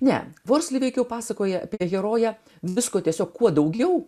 ne vos liveikių pasakoja apie heroję visko tiesiog kuo daugiau